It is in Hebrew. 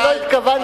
לא התכוונתי,